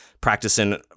Practicing